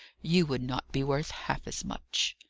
you would not be worth half as much.